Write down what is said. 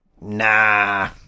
Nah